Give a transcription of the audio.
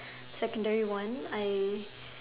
secondary one I